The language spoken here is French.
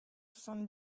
soixante